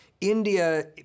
India